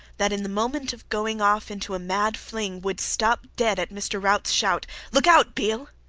that in the moment of going off into a mad fling would stop dead at mr. routs shout, look out, beale!